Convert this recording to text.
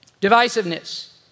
Divisiveness